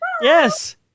yes